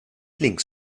links